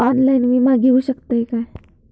Online विमा घेऊ शकतय का?